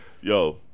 Yo